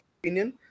opinion